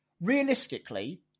realistically